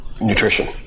Nutrition